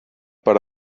per